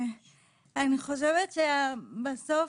אני חושבת שבסוף,